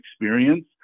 experience